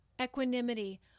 equanimity